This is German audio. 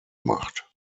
macht